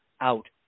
out